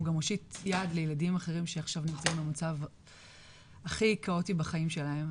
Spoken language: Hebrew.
גם הושיט יד לילדים שעכשיו נמצאים במצב הכי כאוטי בחיים שלהם.